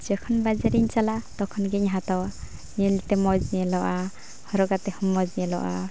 ᱡᱚᱠᱷᱚᱱ ᱵᱟᱡᱟᱨᱤᱧ ᱪᱟᱞᱟᱜᱼᱟ ᱛᱚᱠᱷᱚᱱᱤᱧ ᱦᱟᱛᱟᱣᱟ ᱧᱮᱞᱛᱮ ᱢᱚᱡᱽ ᱧᱮᱞᱚᱜᱼᱟ ᱦᱚᱨᱚᱜ ᱠᱟᱛᱮᱦᱚᱸ ᱢᱚᱡᱽ ᱧᱮᱞᱚᱜᱼᱟ